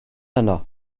yno